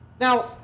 Now